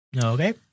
Okay